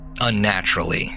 unnaturally